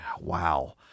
Wow